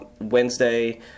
Wednesday